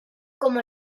como